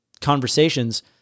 conversations